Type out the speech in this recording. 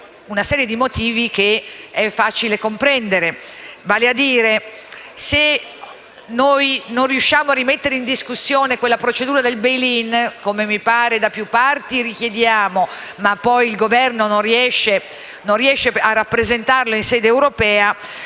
una serie di motivi che è facile comprendere. Vale a dire, se noi non riusciremo a rimettere in discussione quella procedura del *bail in*, come mi pare da più parti richiediamo senza che poi il Governo riesca a rappresentarlo in sede europea,